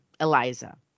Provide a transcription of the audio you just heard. Eliza